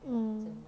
mm